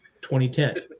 2010